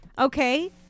Okay